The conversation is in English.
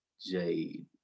Jade